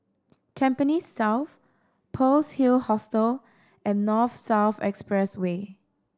Tampines South Pearl's Hill Hostel and North South Expressway